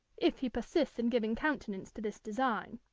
if he persists in giving countenance to this design.